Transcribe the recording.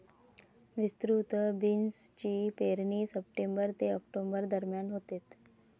विस्तृत बीन्सची पेरणी सप्टेंबर ते ऑक्टोबर दरम्यान होते